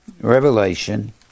Revelation